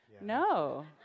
No